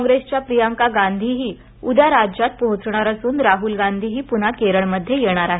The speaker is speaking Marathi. काँग्रेसच्या प्रियांका गांधीही उद्या राज्यात पोहोचणार असून राहूल गांधीही पुन्हा केरळमध्ये येणार आहेत